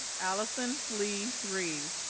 alison leigh reeve